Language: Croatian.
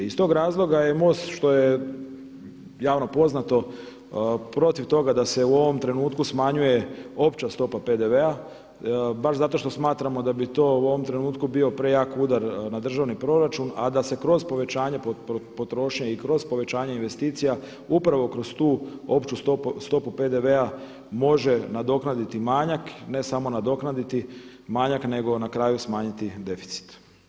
Iz tog razloga je MOST što je javno poznato protiv toga da se u ovom trenutku smanjuje opća stopa PDV-a baš zato što smatramo da bi to u ovom trenutku bio prejak udar na državni proračun, a da se kroz povećanje potrošnje i kroz povećanje investicija, upravo kroz tu opću stopu PDV-a može nadoknaditi manjak, ne samo nadoknaditi manjak nego na kraju smanjiti deficit.